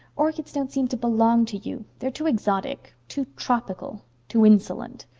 orchids don't seem to belong to you. they're too exotic too tropical too insolent.